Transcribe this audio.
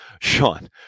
Sean